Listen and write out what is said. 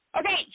Okay